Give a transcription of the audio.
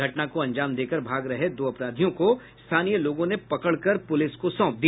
घटना को अंजाम देकर भाग रहे दो अपराधियों को स्थानीय लोगों ने पकड़कर पुलिस को सौंप दिया